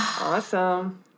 awesome